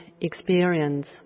experience